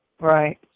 Right